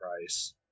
price